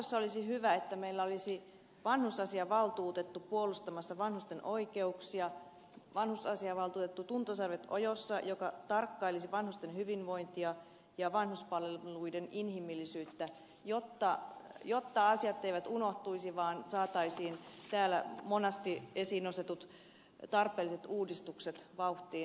jatkossa olisi hyvä että meillä olisi vanhusasiavaltuutettu puolustamassa vanhusten oikeuksia vanhusasiavaltuutettu tuntosarvet ojossa joka tarkkailisi vanhusten hyvinvointia ja vanhuspalveluiden inhimillisyyttä jotta asiat eivät unohtuisi vaan saataisiin täällä monesti esiin nostetut tarpeelliset uudistukset vauhtiin